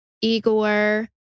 Igor